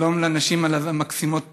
שלום לנשים המקסימות בלבן.